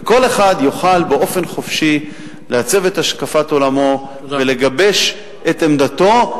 וכל אחד יוכל באופן חופשי לעצב את השקפת עולמו ולגבש את עמדתו,